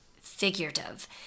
figurative